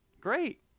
Great